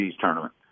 tournament